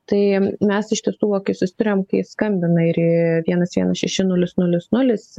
tai mes iš tiesų va kai susiduriam kai skambina ir į vienas vienas šeši nulis nulis nulis